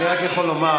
מיקי,